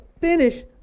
finish